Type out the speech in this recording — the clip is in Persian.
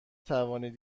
توانید